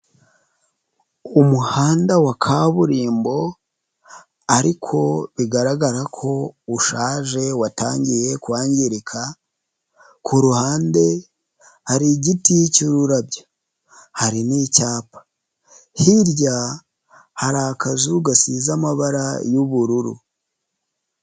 Umuhanda wa kaburimbo ariko bigaragara ko ushaje watangiye kwangirika, ku ruhande hari igiti cy'ururabyo hari n'icyapa, hirya hari akazu gasize amabara y'ubururu.